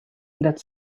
that